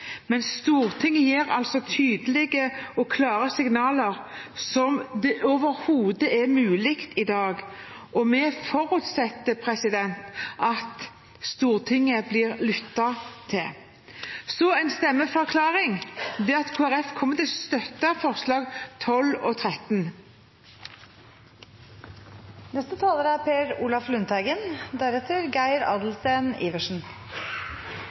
men Stortinget gir i dag så tydelige og klare signaler som overhodet mulig, og vi forutsetter at Stortinget blir lyttet til. Så en stemmeforklaring: Kristelig Folkeparti kommer til å støtte forslagene nr. 12 og 13. Det er